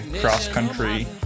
cross-country